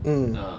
mm